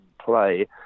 play